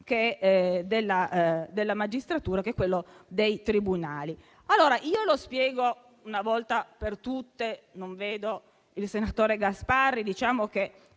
della magistratura, che è quello dei tribunali. Lo spiego una volta per tutte (non vedo il senatore Gasparri) perché